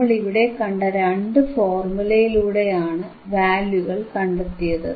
നമ്മളിവിടെ കണ്ട രണ്ടു ഫോർമുലകളിലൂടെയാണ് വാല്യൂകൾ കണ്ടെത്തിയത്